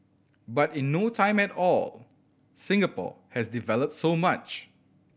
but in no time at all Singapore has developed so much